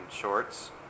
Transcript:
shorts